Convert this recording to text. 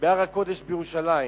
בהר הקודש בירושלים